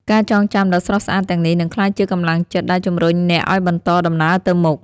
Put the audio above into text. ការចងចាំដ៏ស្រស់ស្អាតទាំងនេះនឹងក្លាយជាកម្លាំងចិត្តដែលជំរុញអ្នកឱ្យបន្តដំណើរទៅមុខ។